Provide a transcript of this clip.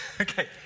okay